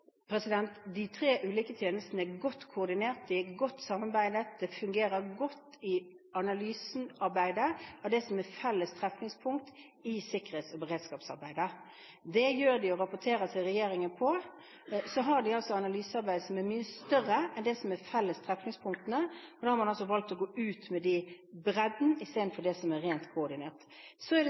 De tre ulike tjenestene er godt koordinert. De samarbeider godt. Analysearbeidet fungerer godt om det som er felles trefningspunkt i sikkerhets- og beredskapsarbeidet. Det gjør de, og de rapporterer til regjeringen om det. Så har de altså analysearbeid som er mye større enn det som er de felles trefningspunktene. Da har man valgt å gå ut med det – bredden – i stedet for det som er rent koordinert. Stortinget skal bli informert. Det